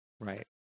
Right